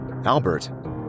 Albert